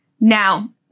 now